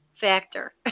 factor